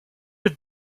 have